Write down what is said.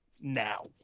now